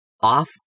off